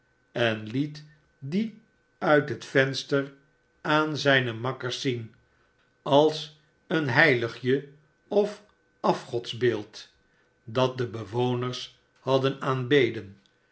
en liet die uit liet venster aan zijne makkers zien als een heiligje of afgodsbeeldje dat de bewoners hadden